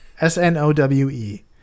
S-N-O-W-E